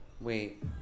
Wait